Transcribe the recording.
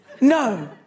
No